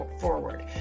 forward